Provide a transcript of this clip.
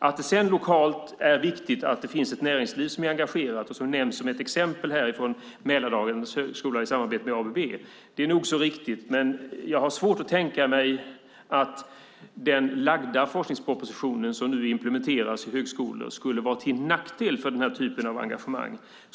Att det lokalt är viktigt att det finns ett näringsliv som är engagerat och som nämns som ett exempel från Mälardalens högskola i samarbete med ABB är nog så riktigt, men jag har svårt att tänka mig att den framlagda forskningspropositionen som nu implementeras i högskolan skulle vara till nackdel för den typen av engagemang.